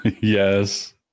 yes